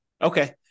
Okay